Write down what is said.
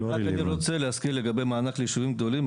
אני רק רוצה להזכיר לגבי מענק לישובים גדולים,